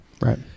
right